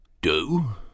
Do